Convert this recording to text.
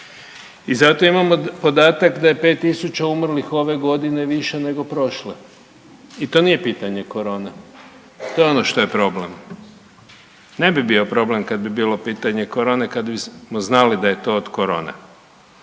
i zato imamo podatak da je 5 tisuća umrlih ove godine više nego prošle i to nije pitanje korona to je ono što je problem. Ne bi bio problem kada bi bilo pitanje korone kada bismo znali da je to od korone.